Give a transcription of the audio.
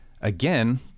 again